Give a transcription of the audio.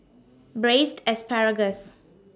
Braised Asparagus